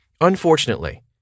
Unfortunately